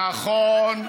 בקצב הזה, נכון.